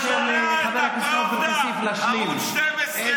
אתה שומע את זה אחר כך, ערוץ 12,